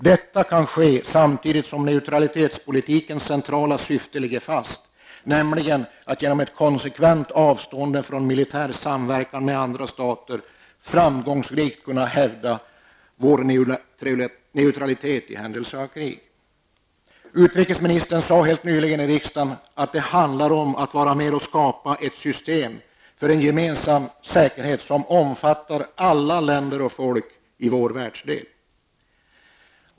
Detta kan ske samtidigt som neutralitetspolitikens centrala syfte ligger fast, nämligen att genom ett konsekvent avstående från militär samverkan med andra stater framgångsrikt kunna hävda vår neutralitet i händelse av krig.'' Utrikesministern sade helt nyligen i riksdagen att det handlar om att vara med och skapa ett system för gemensam säkerhet som omfattar alla länder och folk i vår världsdel.